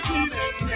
Jesus